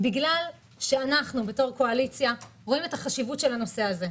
בגלל שאנחנו בתור קואליציה רואים את החשיבות של הנושא הזה.